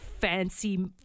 fancy